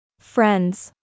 Friends